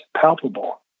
palpable